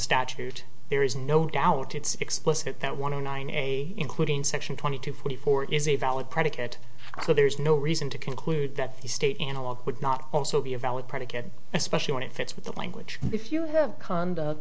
statute there is no doubt it's explicit that one in nine a including section twenty two forty four is a valid predicate so there is no reason to conclude that the state analog would not also be a valid predicate especially when it fits with the language if you have conduct